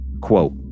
Quote